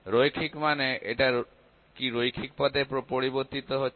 রৈখিক মানে এটা কি রৈখিক পথে পরিবর্তিত হচ্ছে